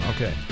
Okay